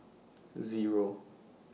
Zero